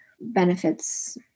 benefits